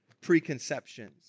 preconceptions